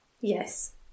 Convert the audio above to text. Yes